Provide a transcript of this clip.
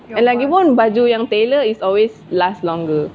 and like lagipun baju yang tailor is always last longer